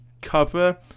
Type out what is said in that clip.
cover